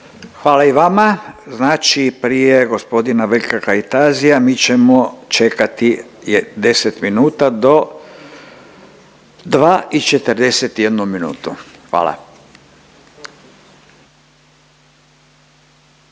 Hvala i vama. Znači prije gospodina Veljka Kajtazija, mi ćemo čekati 10 minuta do 2 i 41 minutu. Hvala.